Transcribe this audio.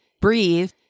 breathe